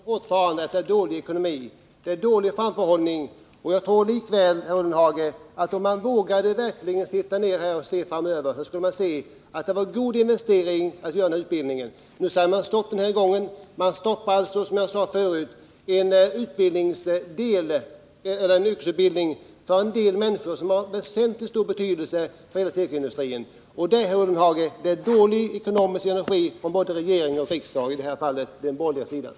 Herr talman! Jag påstår fortfarande att det är dålig ekonomi och dålig framförhållning. Vågade man verkligen, herr Ullenhag, se framåt skulle man nog förstå att det är en god investering att satsa på utbildningen. Som jag sade förut stoppar man en yrkesutbildning för människor som har mycket stor betydelse för hela tekoindustrin. Jag upprepar, herr Ullenhag, att det i detta fall är dålig ekonomisk politik från de borgerligas sida — både i regering och riksdag.